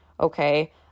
okay